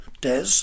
Des